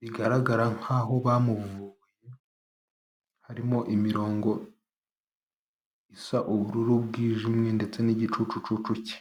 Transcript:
bigaragara nkaho bamuvuye, harimo imirongo isa ubururu bwijimye ndetse n'igicucucucu cye.